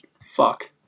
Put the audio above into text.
Fuck